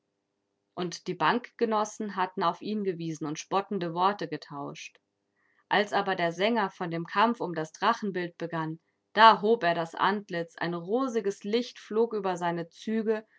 und die bankgenossen hatten auf ihn gewiesen und spottende worte getauscht als aber der sänger von dem kampf um das drachenbild begann da hob er das antlitz ein rosiges licht flog über seine züge